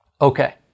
Okay